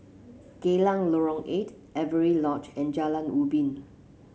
Geylang Lorong Eight Avery Lodge and Jalan Ubin